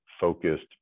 focused